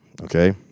Okay